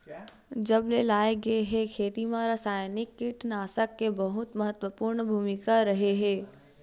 जब से लाए गए हे, खेती मा रासायनिक कीटनाशक के बहुत महत्वपूर्ण भूमिका रहे हे